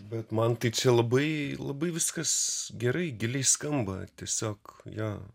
bet man tai čia labai labai viskas gerai giliai skamba tiesiog jo